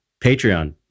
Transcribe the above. Patreon